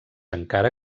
encara